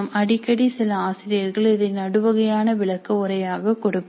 அடிக்கடி சில ஆசிரியர்கள் இதை நடு வகையான விளக்க உரையாக கொடுப்பர்